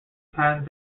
passed